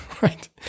right